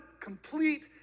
complete